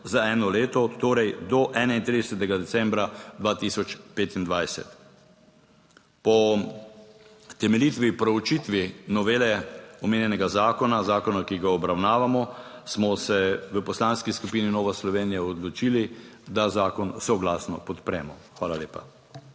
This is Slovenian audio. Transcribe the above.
za eno leto, torej do 31. decembra 2025. Po temeljiti proučitvi novele omenjenega zakona, zakona, ki ga obravnavamo, smo se v Poslanski skupini Nova Slovenija odločili, da zakon soglasno podpremo. Hvala lepa.